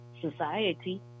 society